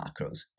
macros